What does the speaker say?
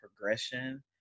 progression